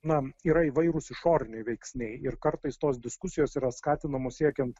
na yra įvairūs išoriniai veiksniai ir kartais tos diskusijos yra skatinamos siekiant